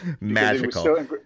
magical